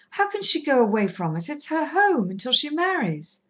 how can she go away from us? it's her home, until she marries.